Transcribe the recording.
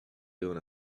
down